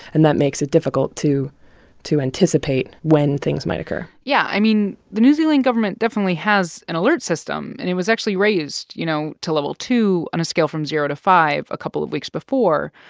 and that makes it difficult to to anticipate when things might occur yeah. i mean, the new zealand government definitely has an alert system, and it was actually raised, you know, to level two on a scale from zero to five a couple of weeks before.